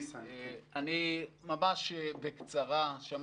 ניסן, בבקשה.